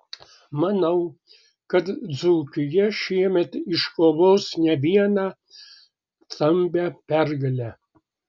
manau kad dzūkija šiemet iškovos ne vieną skambią pergalę